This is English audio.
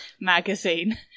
magazine